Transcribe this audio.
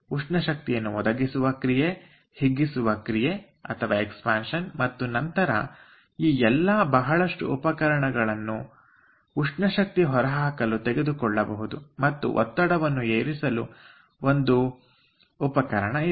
ಉಷ್ಣಶಕ್ತಿಯನ್ನು ಒದಗಿಸುವ ಕ್ರಿಯೆ ಹಿಗ್ಗಿಸುವ ಕ್ರಿಯೆ ಮತ್ತು ನಂತರ ಈ ಎಲ್ಲಾ ಬಹಳಷ್ಟು ಉಪಕರಣಗಳನ್ನು ಉಷ್ಣಶಕ್ತಿ ಹೊರಹಾಕಲು ಮತ್ತು ಒತ್ತಡವನ್ನು ಏರಿಸಲು ಹೀಗೆ ಒಂದು ಉಪಕರಣ ತೆಗೆದುಕೊಳ್ಳಬಹುದು